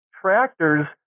tractors